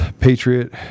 Patriot